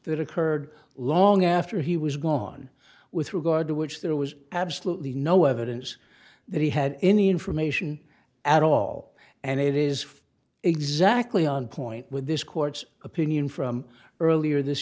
that occurred long after he was gone with regard to which there was absolutely no evidence that he had any information at all and it is exactly on point with this court's opinion from earlier this